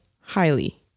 highly